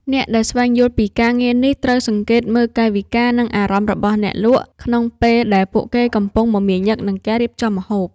អ្នកដែលស្វែងយល់ពីការងារនេះ ត្រូវសង្កេតមើលកាយវិការ និងអារម្មណ៍របស់អ្នកលក់ ក្នុងពេលដែលពួកគេកំពុងមមាញឹកនឹងការរៀបចំម្ហូប។